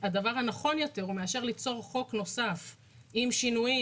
הדבר הנכון יותר מאשר ליצור חוק נוסף עם שינויים